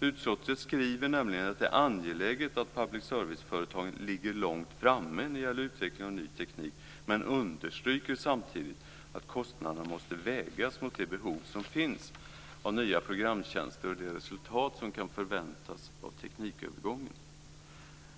Utskottet skriver nämligen att det är angeläget att public service-företagen ligger långt framme när det gäller utvecklingen av ny teknik men understryker samtidigt att kostnaderna måste vägas mot det behov som finns av nya programtjänster och det resultat som kan förväntas av teknikövergången.